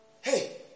Hey